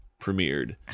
premiered